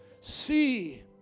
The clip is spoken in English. See